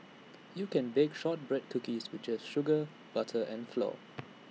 you can bake Shortbread Cookies with just sugar butter and flour